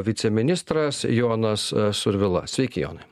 viceministras jonas survila sveiki jonai sveiki